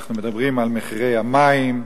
אנחנו מדברים על מחירי המים,